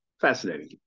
Fascinating